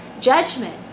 Judgment